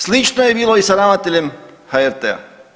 Slično je bilo i sa ravnateljem HRT-a.